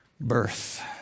birth